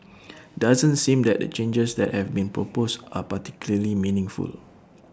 doesn't seem that the changes that have been proposed are particularly meaningful